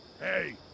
Hey